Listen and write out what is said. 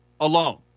alone